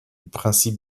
principe